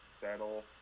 settle